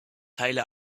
teile